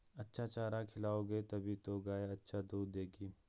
अच्छा चारा खिलाओगे तभी तो गाय अच्छा दूध देगी